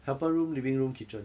helper room living room kitchen